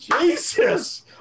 Jesus